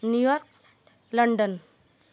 New York London